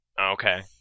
Okay